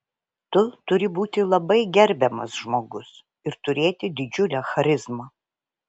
tu turi būti labai gerbiamas žmogus ir turėti didžiulę charizmą